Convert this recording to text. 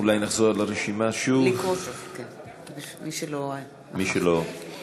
אולי נחזור על הרשימה שוב, מי שלא ענה.